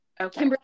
okay